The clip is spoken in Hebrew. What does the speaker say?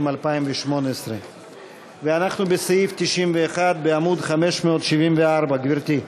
2018. ואנחנו בסעיף 91 בעמוד 574. גברתי.